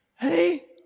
Hey